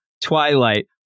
Twilight